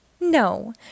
No